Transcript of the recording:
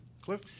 Cliff